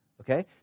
okay